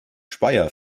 speyer